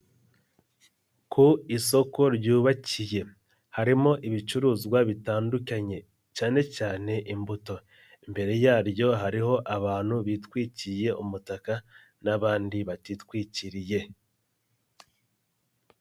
Ku isoko ryubakiye, harimo ibicuruzwa bitandukanye, cyane cyane imbuto, imbere yaryo hariho abantu bitwikiye umutaka n'abandi batitwikiriye.